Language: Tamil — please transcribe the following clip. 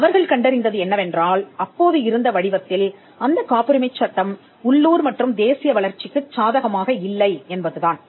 அவர்கள் கண்டறிந்தது என்னவென்றால் அப்போது இருந்த வடிவத்தில் அந்த காப்புரிமைச் சட்டம் உள்ளூர் மற்றும் தேசிய வளர்ச்சிக்கு சாதகமாக இல்லை என்பதுதான்